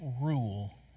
rule